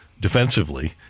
defensively